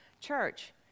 church